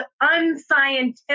unscientific